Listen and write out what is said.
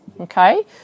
okay